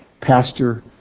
Pastor